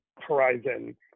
Horizon